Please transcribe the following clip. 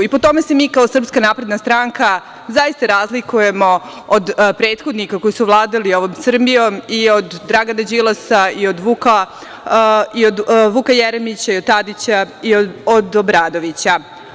I, po tome se mi kao SNS, zaista razlikujemo od prethodnika koji su vladali ovom Srbijom i od Dragana Đilasa, Vuka Jeremića, Tadića i od Obradovića.